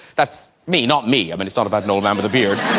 that's me, not me i mean, it's not about an old man with a beard